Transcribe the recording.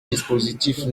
dispositif